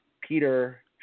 Peter